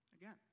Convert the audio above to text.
again